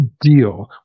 deal